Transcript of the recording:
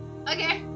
Okay